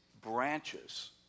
branches